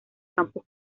campos